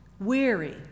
Weary